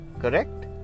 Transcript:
Correct